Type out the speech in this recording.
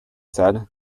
said